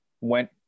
went